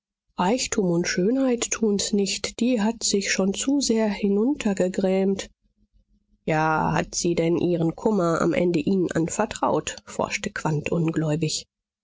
reichtum und schönheit tun's nicht die hat sich schon zu sehr hinuntergegrämt ja hat sie denn ihren kummer am ende ihnen anvertraut forschte